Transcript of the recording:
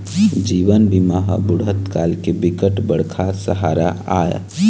जीवन बीमा ह बुढ़त काल के बिकट बड़का सहारा आय